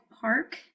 park